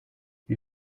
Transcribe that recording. wie